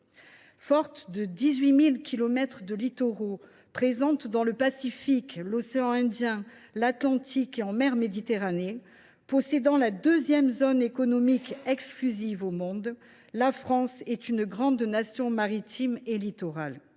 Forte de 18 000 kilomètres de littoraux, présente dans le Pacifique, l’océan Indien, l’Atlantique et en mer Méditerranée, possédant la deuxième zone économique exclusive au monde, la France est une grande nation maritime et littorale